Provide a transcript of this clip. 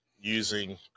using